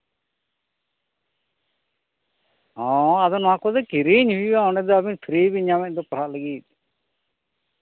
ᱦᱚᱸ ᱟᱫᱚ ᱱᱚᱣᱟ ᱠᱚᱫᱚ ᱠᱤᱨᱤᱧ ᱦᱩᱭᱩᱜᱼᱟ ᱚᱸᱰᱮ ᱫᱚ ᱟᱹᱵᱤᱱ ᱯᱷᱨᱤ ᱵᱤᱱ ᱧᱟᱢᱮᱫ ᱫᱚ ᱯᱟᱲᱦᱟᱜ ᱞᱟᱹᱜᱤᱫ